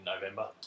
November